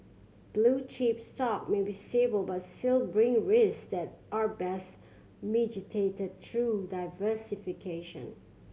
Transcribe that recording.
blue chip stock may be stable but still bring risk that are best mitigated through diversification